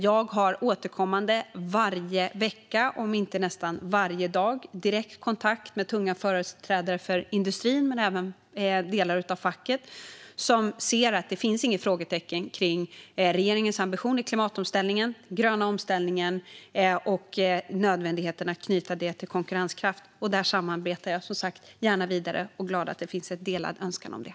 Jag har återkommande varje vecka, om inte nästan varje dag, direkt kontakt med tunga företrädare för industrin men även delar av facket, som ser att det inte finns några frågetecken kring regeringens ambitioner för klimatomställningen, den gröna omställningen eller nödvändigheten att knyta det till konkurrenskraft. Där samarbetar jag gärna vidare och är glad över att det finns en delad önskan om det.